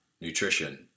nutrition